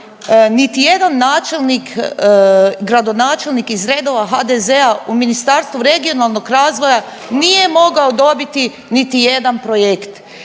niti jedan načelnik, gradonačelnik iz redova HDZ-a u Ministarstvu regionalnog razvoja nije mogao dobiti niti jedan projekt.